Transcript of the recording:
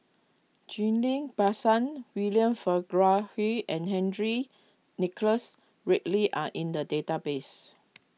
Ghillie Basan William Farquhar and Henry Nicholas Ridley are in the database